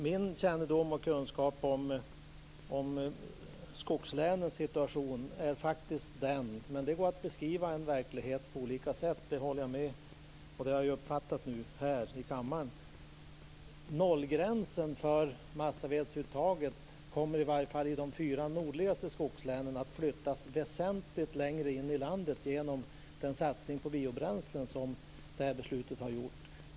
Min kunskap om skogslänens situation är den - men jag har nu här i kammaren uppfattat att man kan beskriva verkligheten på olika sätt - att nollgränsen för massavedsuttaget i varje fall i de fyra nordligaste skogslänen kommer att flyttas väsentligt längre in i landet genom den satsning på biobränsle som det här beslutet innebär.